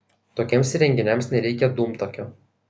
tokiems įrenginiams nereikia dūmtakio